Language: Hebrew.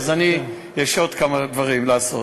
אז אני יש עוד כמה דברים לעשות.